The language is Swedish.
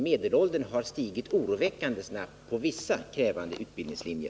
Medelåldern har stigit oroväckande snabbt på vissa krävande utbildningslinjer.